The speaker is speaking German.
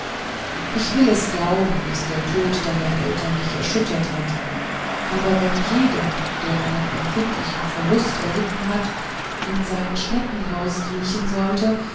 ich will es glauben daß der tod deiner eltern dich erschüttert hat aber wenn jeder der einen empfindlichen verlust erlitten hat in sein schneckenhaus kriechen sollte